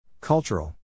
Cultural